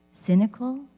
cynical